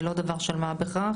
זה לא דבר של מה בכך,